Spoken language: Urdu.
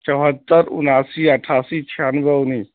چوہتر اناسی اٹھاسی چھیانوے انیس